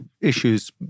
issues